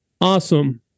Awesome